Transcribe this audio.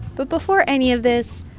but before any of this,